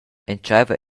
entscheiva